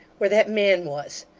where that man was!